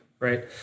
right